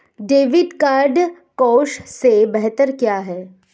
Debit card cash से बेहतर क्यों है?